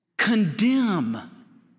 condemn